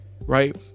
right